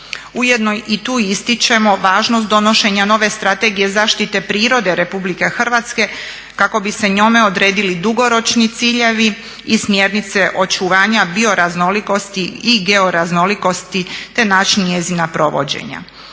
Ujedno i tu ističemo važnost donošenja nove Strategije zaštite prirode Republike Hrvatske kako bi se njome odredili dugoročni ciljevi i smjernice očuvanja bioraznolikosti i georaznolikosti te način njezina provođenja.